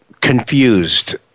confused